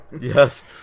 yes